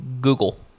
Google